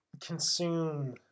consume